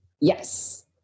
Yes